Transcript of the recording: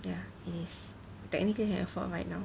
yeah it is technically can afford right now